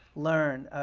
learn,